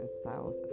styles